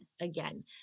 again